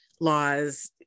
laws